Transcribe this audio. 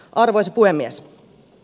arvoisa puhemies